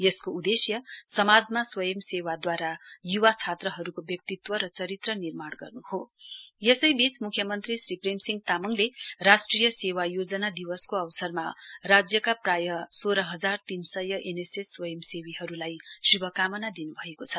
यसको उद्देश्य समाजमा स्वयंसेवाद्वारा य्वा छात्रहरूको व्यक्तित्व र चरित्र निर्माण गर्न् हो यसैबीच मुख्यमन्त्री श्री प्रेमसिंह तामाङले राष्ट्रिय सेवा योजना दिवसको अवसरमा प्राय सोह्र हजार तीनसय एनएसएस स्वयंसेवीहरूलाई शुभकामना दिनुभएको छ